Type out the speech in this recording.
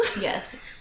Yes